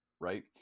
right